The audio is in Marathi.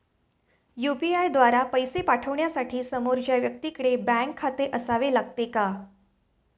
यु.पी.आय द्वारा पैसे पाठवण्यासाठी समोरच्या व्यक्तीकडे बँक खाते असावे लागते का?